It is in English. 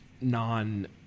non –